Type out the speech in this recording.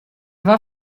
war